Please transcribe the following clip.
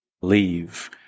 leave